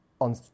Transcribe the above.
on